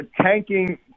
tanking